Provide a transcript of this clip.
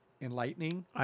enlightening